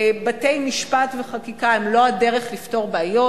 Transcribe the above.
בתי-משפט וחקיקה הם לא הדרך לפתור בעיות.